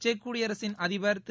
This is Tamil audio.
செக் குடியரசின் அதிபர் திரு